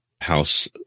house